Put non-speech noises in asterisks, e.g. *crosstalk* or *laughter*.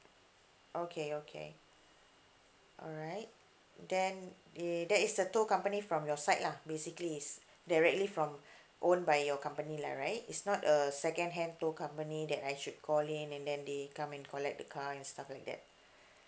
okay okay all right then they that is the tow company from your side lah basically it's *breath* directly from *breath* owned by your company lah right it's not a second hand tow company that I should call in and then they come and collect the car and stuff like that *breath*